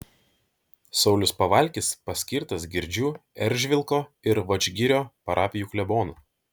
saulius pavalkis paskirtas girdžių eržvilko ir vadžgirio parapijų klebonu